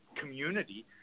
community